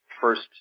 first